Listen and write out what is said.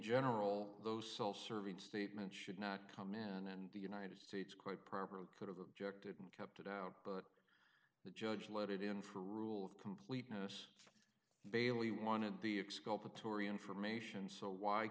general those self serving statements should not come in and the united states quite properly could have objected and kept it out but the judge let it in for rule of completeness bailey wanted the expulsion atory information so why